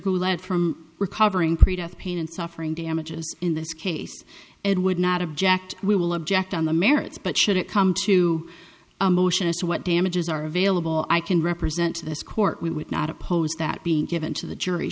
goulet from recovering pre death pain and suffering damages in this case and would not object we will object on the merits but should it come to a motion as to what damages are available i can represent to this court we would not oppose that being given to the jury